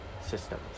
Systems